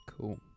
Cool